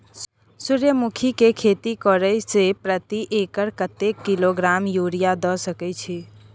सूर्यमुखी के खेती करे से प्रति एकर कतेक किलोग्राम यूरिया द सके छी?